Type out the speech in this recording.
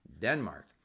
Denmark